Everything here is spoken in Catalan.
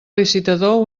licitador